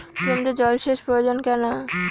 জমিতে জল সেচ প্রয়োজন কেন?